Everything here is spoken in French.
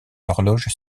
l’horloge